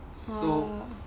oh